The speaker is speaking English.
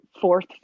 fourth